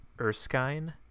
erskine